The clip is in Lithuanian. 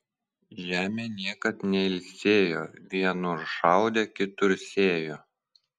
žemė niekad neilsėjo vienur šaudė kitur sėjo